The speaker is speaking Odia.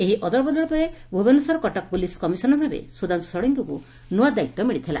ଏହି ଅଦଳବଦଳ ବେଳେ ଭୁବନେଶ୍ୱର କଟକ ପୁଲିସ୍ କମିଶନର ଭାବେ ସୁଧାଂଶୁ ଷଡ଼ଙ୍ଗୀଙ୍କୁ ନୂଆ ଦାୟିତ୍ୱ ମିଳିଥିଲା